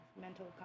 mental